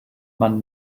man